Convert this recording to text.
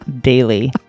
Daily